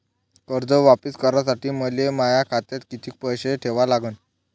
कर्ज वापिस करासाठी मले माया खात्यात कितीक पैसे ठेवा लागन?